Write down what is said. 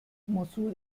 mossul